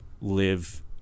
live